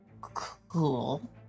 Cool